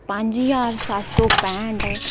पंज ज्हार सत्त सौ पैंह्ठ